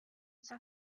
ciò